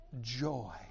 Joy